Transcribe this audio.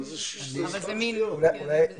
אז קודם כל צריך לטפל באלה שלא עומדות.